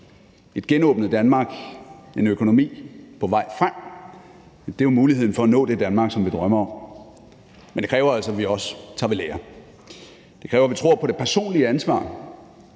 Et genåbnet Danmark, en økonomi på vej frem er muligheden for at nå det Danmark, som vi drømmer om, men det kræver altså, at vi også tager ved lære. Det kræver, at vi tror på det personlige ansvar,